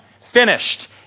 finished